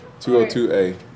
202A